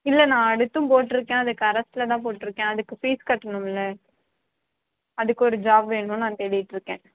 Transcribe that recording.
இல்லை நான் அடுத்தும் போட்டிருக்கேன் அது கரஸில்தான் போட்டிருக்கேன் அதுக்கு ஃபீஸ் கட்டணும்லை அதுக்கு ஒரு ஜாப் வேணும் நான் தேடிகிட்ருக்கேன்